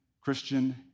Christian